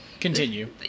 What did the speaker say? continue